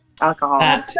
alcohol